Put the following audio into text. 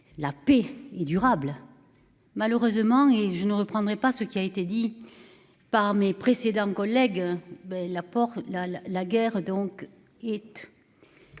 la paix et durable. Malheureusement et je ne reprendrai pas ce qui a été dit. Par mes précédents collègues ben la porte la